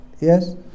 Yes